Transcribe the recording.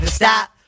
Stop